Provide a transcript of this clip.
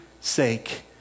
sake